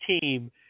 team